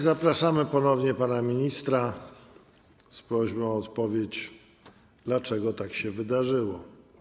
Zapraszamy ponownie pana ministra z prośbą o odpowiedź, dlaczego tak się wydarzyło.